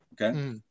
Okay